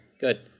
good